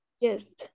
Yes